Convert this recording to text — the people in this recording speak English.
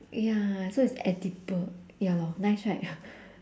ya so it's edible ya lor nice right